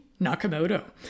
Nakamoto